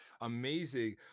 Amazing